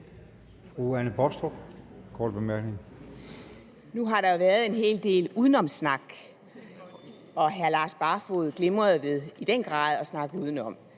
Nu har der jo været en hel del udenomssnak. Og hr. Lars Barfoed glimrede ved i den grad at snakke udenom.